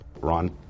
Ron